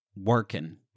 Working